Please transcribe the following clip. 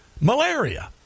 malaria